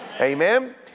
Amen